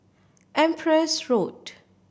Empress Road